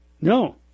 No